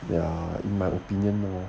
ya in my opinion mah